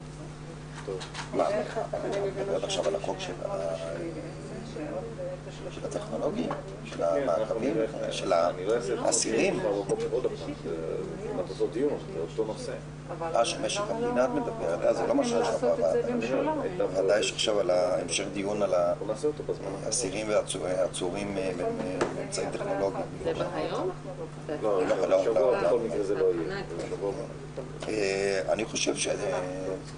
13:23.